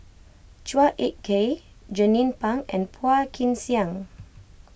Chua Ek Kay Jernnine Pang and Phua Kin Siang